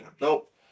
Nope